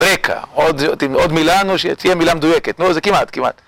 רקע, עוד מילה נו שתהיה מילה מדויקת, נו זה כמעט, כמעט